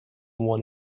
one